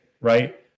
right